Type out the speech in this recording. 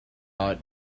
art